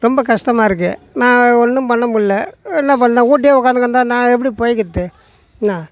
ரொம்ப கஷ்டமா இருக்குது நான் ஒன்றும் பண்ணமுடில என்ன பண்ண வீட்லே உக்காந்து கிடந்தா நான் எப்படி பிழைக்கிறது என்ன